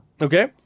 Okay